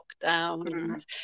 lockdown